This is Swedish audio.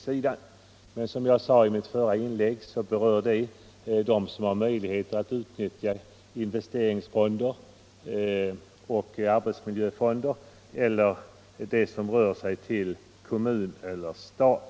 Som jag sade i mitt förra inlägg berör detta dem som har möjligheter att utnyttja investeringsfonder och arbetsmiljöfonder eller åtgärder som gäller kommun eller stat.